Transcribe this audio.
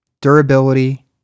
durability